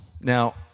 Now